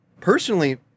personally